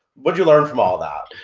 what'd you learn from all of that?